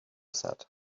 said